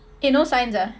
eh no science ah